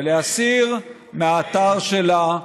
ולהסיר מהאתר שלה,